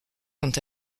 quant